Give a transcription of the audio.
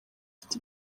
afite